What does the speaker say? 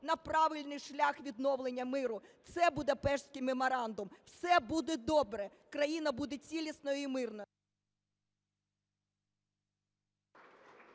на правильний шлях відновлення миру, це Будапештський меморандум. Все буде добре, країна буде цілісною і мирною!